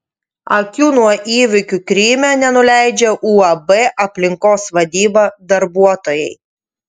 akių nuo įvykių kryme nenuleidžia uab aplinkos vadyba darbuotojai